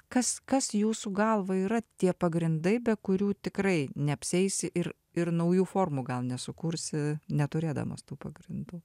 kas kas jūsų galva yra tie pagrindai be kurių tikrai neapsieisi ir ir naujų formų gal nesukursi neturėdamas tų pagrindų